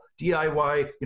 DIY